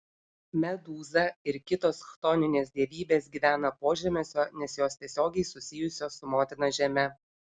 medūza ir kitos chtoninės dievybės gyvena požemiuose nes jos tiesiogiai susijusios su motina žeme